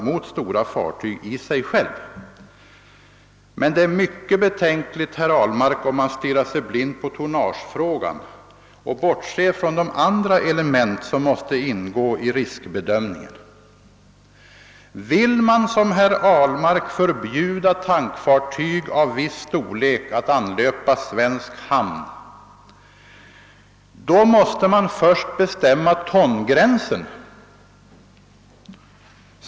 Men det är mycket betänkligt, herr Ahlmark, om man stirrar sig blind på tonnagefrågan och bortser från de andra element som måste ingå i riskbedömningen. Vill man som herr Ahlmark förbjuda tankfartyg av viss storlek att anlöpa svensk hamn, då måste man först bestämma tongränsen.